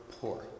poor